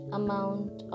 amount